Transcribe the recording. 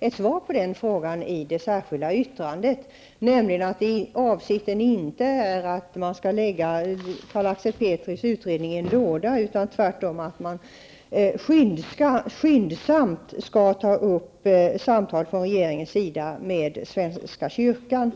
ett svar på den frågan i mitt särskilda yttrande. Avsikten är alltså inte att Carl Axel Petris utredning skall läggas i en låda. Tvärtom skall man från regeringens sida skyndsamt ta upp samtal med svenska kyrkan.